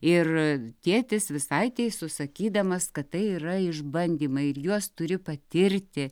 ir tėtis visai teisus sakydamas kad tai yra išbandymai ir juos turi patirti